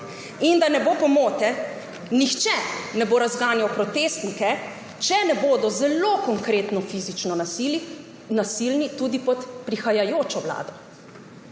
Da ne bo pomote, nihče ne bo razganjal protestnikov, če ne bodo zelo konkretno fizično nasilni, tudi pod prihajajočo vlado.